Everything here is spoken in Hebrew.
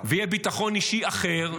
יהיה ביטחון אישי אחר,